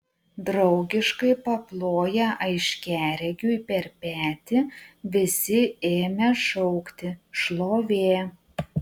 draugiškai paploję aiškiaregiui per petį visi ėmė šaukti šlovė